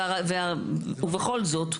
ובכל זאת,